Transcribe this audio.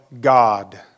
God